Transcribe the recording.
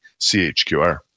CHQR